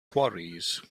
quarries